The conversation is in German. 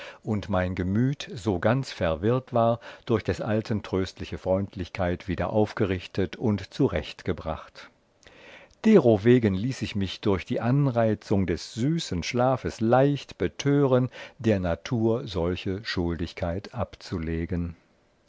und mein gemüt so ganz verwirrt war durch des alten tröstliche freundlichkeit wieder aufgerichtet und zurechtgebracht derowegen ließ ich mich durch die anreizung des süßen schlafes leicht betören der natur solche schuldigkeit abzulegen